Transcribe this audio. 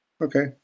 Okay